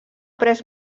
pres